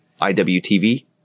IWTV